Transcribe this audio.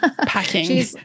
packing